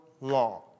law